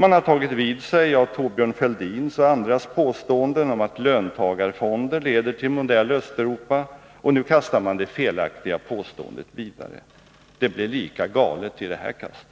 Man har tagit vid sig av Thorbjörn Fälldins och andras påståenden om att löntagarfonder leder till modell Östeuropa, och nu kastar man det felaktiga påståendet vidare. Det blir lika galet i det här kastet.